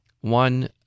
one